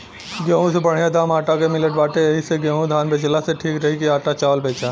गेंहू से बढ़िया दाम आटा के मिलत बाटे एही से गेंहू धान बेचला से ठीक रही की आटा चावल बेचा